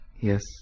Yes